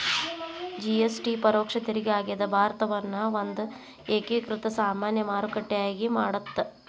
GST ಪರೋಕ್ಷ ತೆರಿಗೆ ಆಗ್ಯಾದ ಭಾರತವನ್ನ ಒಂದ ಏಕೇಕೃತ ಸಾಮಾನ್ಯ ಮಾರುಕಟ್ಟೆಯಾಗಿ ಮಾಡತ್ತ